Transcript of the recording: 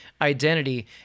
identity